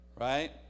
right